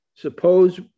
Suppose